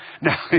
Now